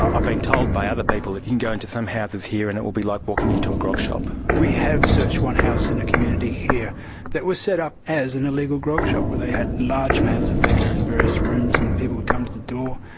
ah been told by other people that you can go into some houses here and it will be like walking into a grog shop. we have searched one house in a community here that was set up as an illegal grog shop. they had large amounts of liquor in various rooms and people would come to the door,